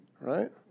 right